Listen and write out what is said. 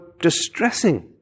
distressing